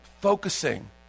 focusing